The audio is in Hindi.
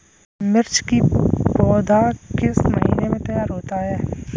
मिर्च की पौधा किस महीने में तैयार होता है?